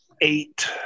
eight